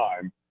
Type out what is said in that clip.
time